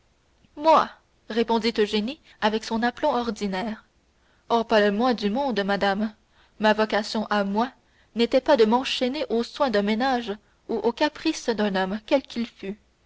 moi répondit eugénie avec son aplomb ordinaire oh pas le moins du monde madame ma vocation à moi n'était pas de m'enchaîner aux soins d'un ménage ou aux caprices d'un homme quel qu'il fût